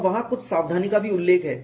और वहाँ कुछ सावधानी का भी उल्लेख है